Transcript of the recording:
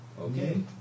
Okay